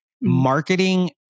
marketing